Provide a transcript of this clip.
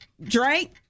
Drake